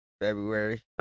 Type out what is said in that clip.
February